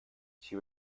she